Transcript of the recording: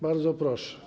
Bardzo proszę.